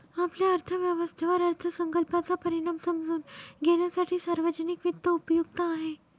आपल्या अर्थव्यवस्थेवर अर्थसंकल्पाचा परिणाम समजून घेण्यासाठी सार्वजनिक वित्त उपयुक्त आहे